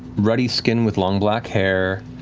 ruddy skin with long black hair,